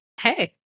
hey